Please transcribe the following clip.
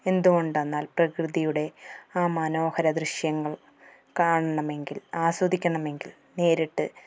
എന്തുകൊണ്ടെന്നാൽ പ്രകൃതിയുടെ ആ മനോഹര ദൃശ്യങ്ങൾ കാണണമെങ്കിൽ ആസ്വദിക്കണമെങ്കിൽ നേരിട്ട്